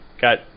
got